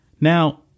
Now